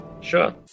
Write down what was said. Sure